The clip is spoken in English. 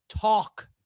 talk